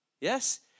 Yes